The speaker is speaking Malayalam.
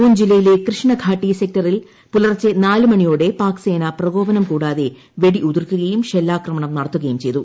പൂഞ്ച് ജില്ലയിലെ കൃഷ്ണ ഘാട്ടി സെക്ടറിൽ പുലർച്ചെ നാല് മണിയോടെ പാക്സേന പ്രകോപനം കൂടാതെ വെടി ഉതിർക്കുകയും ഷെല്ലാക്രമണം നടത്തുകയും ചെയ്തു